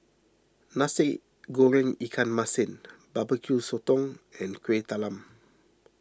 Nasi Goreng Ikan Masin Barbeque Sotong and Kueh Talam